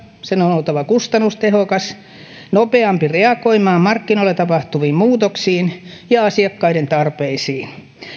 sen on oltava kustannustehokas ja nopeampi reagoimaan markkinoilla tapahtuviin muutoksiin ja asiakkaiden tarpeisiin